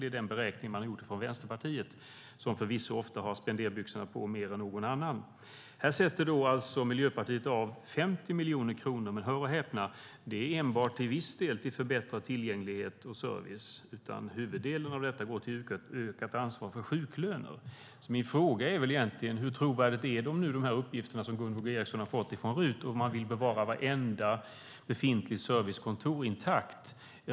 Det är den beräkning man har gjort från Vänsterpartiet, som förvisso ofta har spenderbyxorna på mer än någon annan. Här sätter Miljöpartiet av 50 miljoner kronor. Men hör och häpna! Det är enbart till viss del till förbättrad tillgänglighet och service. Huvuddelen går till ökat ansvar för sjuklöner. Min fråga är: Hur trovärdiga är de uppgifter som Gunvor G Ericson har fått från RUT om man vill bevara vartenda befintligt servicekontor intakt?